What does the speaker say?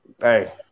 Hey